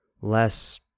less